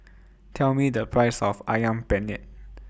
Tell Me The Price of Ayam Penyet